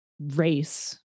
race